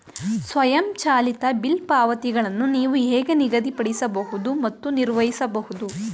ಸ್ವಯಂಚಾಲಿತ ಬಿಲ್ ಪಾವತಿಗಳನ್ನು ನೀವು ಹೇಗೆ ನಿಗದಿಪಡಿಸಬಹುದು ಮತ್ತು ನಿರ್ವಹಿಸಬಹುದು?